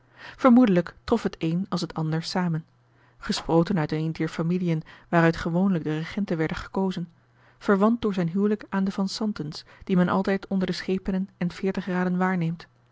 vermoedelijk trof het een als het ander samen gesproten uit eene dier familiën waaruit gewoonlijk de regenten werden gekozen verwant door zijn huwelijk aan de van santens die men altijd onder de schepenen en veertig raden waarneemt